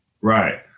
Right